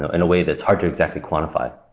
ah in a way that's hard to exactly quantify.